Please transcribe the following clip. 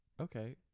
Okay